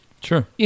Sure